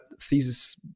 thesis